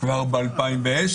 כבר ב-2010.